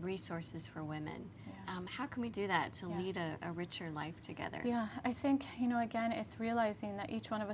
resources for women how can we do that a richer life together i think you know again it's realizing that each one of